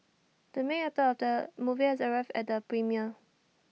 the main actor of the movie has arrived at the premiere